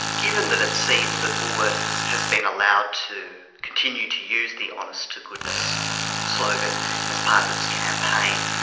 given that it seems that woolworths has been allowed to continue to use the honest to goodness slogan as part of its campaign,